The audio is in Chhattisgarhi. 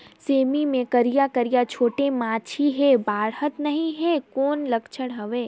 सेमी मे करिया करिया छोटे माछी हे बाढ़त नहीं हे कौन लक्षण हवय?